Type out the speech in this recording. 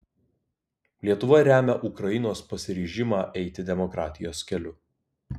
lietuva remia ukrainos pasiryžimą eiti demokratijos keliu